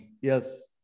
yes